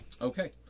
Okay